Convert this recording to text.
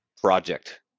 project